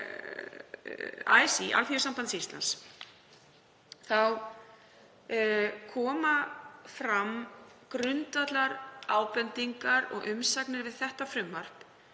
og Alþýðusambands Íslands koma fram grundvallarábendingar og umsagnir við þetta frumvarp